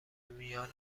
میان